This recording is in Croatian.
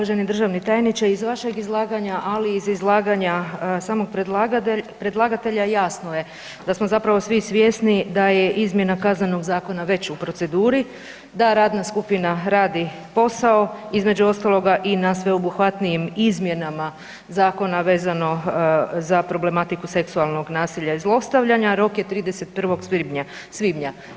Uvaženi državni tajniče iz vašeg izlaganja, ali i iz izlaganja samog predlagatelja jasno je da smo zapravo svi svjesni da je izmjena Kaznenog zakona već u proceduri, da radna skupina radi posao između ostaloga i na sveobuhvatnijim izmjenama zakona vezano za problematiku seksualnog nasilja i zlostavljanja, rok je 31. svibnja.